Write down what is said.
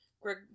Greg